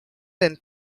than